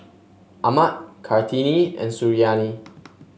Ahmad Kartini and Suriani